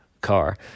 car